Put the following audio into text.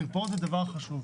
מרפאות זה דבר חשוב.